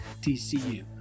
TCU